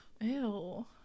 Ew